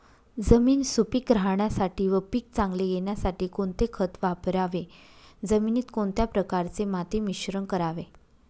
जमीन सुपिक राहण्यासाठी व पीक चांगले येण्यासाठी कोणते खत वापरावे? जमिनीत कोणत्या प्रकारचे माती मिश्रण करावे?